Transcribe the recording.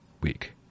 week